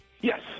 Yes